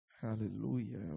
hallelujah